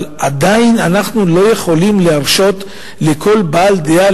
אבל עדיין אנחנו לא יכולים להרשות לכל בעל דעה